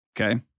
Okay